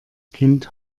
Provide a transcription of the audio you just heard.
kind